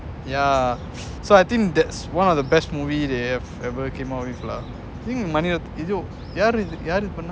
yeah so I think that's one of the best movie they have ever came up with lah think மணிரத் ஐயோ யார் இது யார் இது பண்ணினா:manirath !aiyo! yar ithu yaar pannina